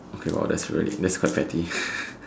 okay lor that's really that quite petty